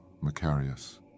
Macarius